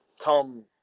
Tom